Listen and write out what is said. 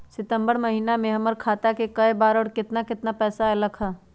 सितम्बर महीना में हमर खाता पर कय बार बार और केतना केतना पैसा अयलक ह?